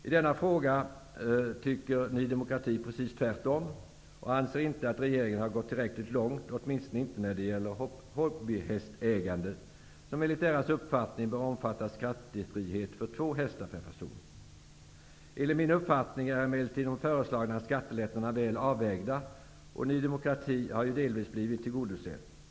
I denna fråga tycker Ny demokrati precis tvärtom och anser att regeringen inte har gått tillräckligt långt, åtminstone inte när det gäller hobbyhästägandet, som enligt Ny demokratis uppfattning bör omfatta skattefrihet för två hästar per person. Enligt min uppfattning är emellertid de föreslagna skattelättnaderna väl avvägda. Ny demokrati har blivit delvis tillgodosett.